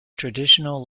traditional